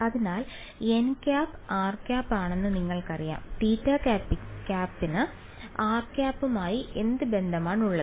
അതിനാൽ nˆ rˆ ആണെന്ന് നിങ്ങൾക്കറിയാം θˆ യ്ക്ക് rˆ യുമായി എന്ത് ബന്ധമാണുള്ളത്